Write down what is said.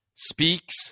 Speaks